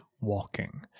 walking